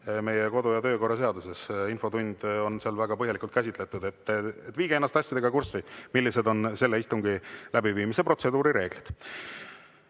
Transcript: meie kodu- ja töökorra seaduses. Infotundi on seal väga põhjalikult käsitletud. Viige ennast kurssi, millised on selle istungi läbiviimise protseduuri reeglid.